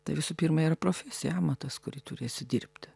tai visų pirma yra profesija amatas kurį turėsi dirbti